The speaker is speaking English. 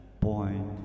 point